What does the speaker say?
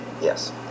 yes